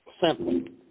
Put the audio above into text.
simply